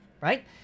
right